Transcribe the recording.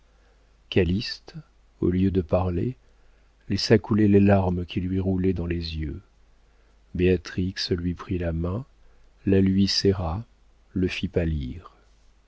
calyste au lieu de parler laissa couler les larmes qui lui roulaient dans les yeux béatrix lui prit la main la lui serra le fit pâlir